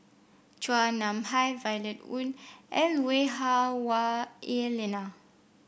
Chua Nam Hai Violet Oon and Lui Hah Wah Elena